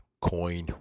coin